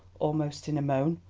almost in a moan.